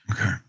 Okay